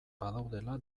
badaudela